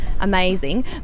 amazing